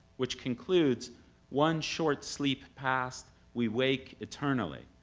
which concludes one short sleep past, we wake eternally,